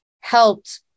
helped